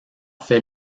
fait